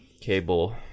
cable